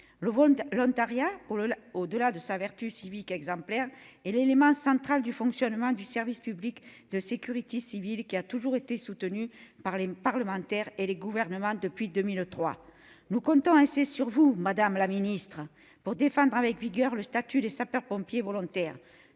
Le volontariat, au-delà de sa vertu civique exemplaire, est l'élément central du fonctionnement du service public de sécurité civile, qui a toujours été soutenu par les parlementaires et les gouvernements depuis 2003. Nous comptons ainsi sur vous, madame la ministre, pour défendre avec vigueur le statut des sapeurs-pompiers volontaires.